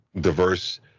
diverse